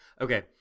Okay